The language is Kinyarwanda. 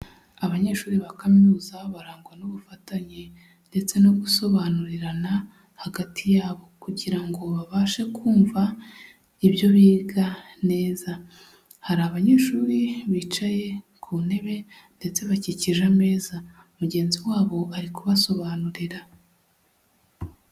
Abanyeshuri ba kaminuza barangwa n'ubufatanye ndetse no gusobanurirana hagati ya bo kugira ngo babashe kumva ibyo biga neza, hari abanyeshuri bicaye ku ntebe ndetse bakikije ameza, mugenzi wa bo ari kubasobanurira.